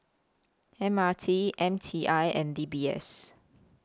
M R T M T I and D B S